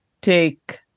take